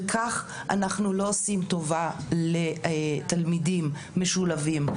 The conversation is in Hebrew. וכך אנחנו לא עושים טובה לתלמידים משולבים.